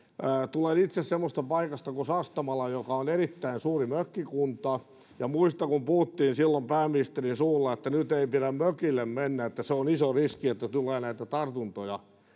tulen itse semmoisesta paikasta kuin sastamala joka on erittäin suuri mökkikunta muistan kun puhuttiin silloin pääministerin suulla että nyt ei pidä mökille mennä että se on iso riski että tulee näitä tartuntoja